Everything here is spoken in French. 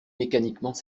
mécaniquement